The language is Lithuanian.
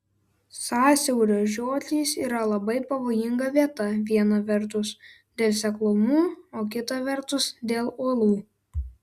sąsiaurio žiotys yra labai pavojinga vieta viena vertus dėl seklumų o kita vertus dėl uolų